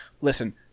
listen